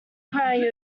crying